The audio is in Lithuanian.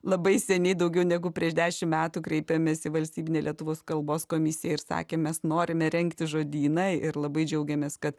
labai seniai daugiau negu prieš dešim metų kreipėmės į valstybinę lietuvos kalbos komisiją ir sakėm mes norime rengti žodyną ir labai džiaugiamės kad